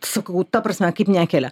sakau ta prasme kaip nekelia